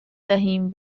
دهیم